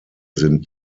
sind